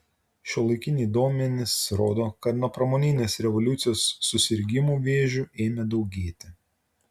šiuolaikiniai duomenys rodo kad nuo pramoninės revoliucijos susirgimų vėžiu ėmė daugėti